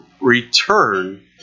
return